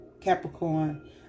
Capricorn